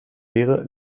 wäre